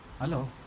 Hello